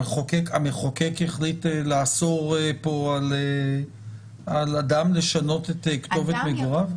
המחוקק החליט לאסור פה על אדם לשנות את כתובת מגורים?